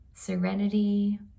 serenity